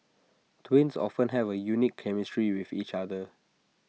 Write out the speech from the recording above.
twins often have A unique chemistry with each other